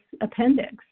appendix